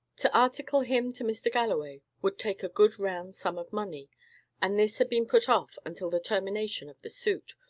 to article him to mr. galloway would take a good round sum of money and this had been put off until the termination of the suit,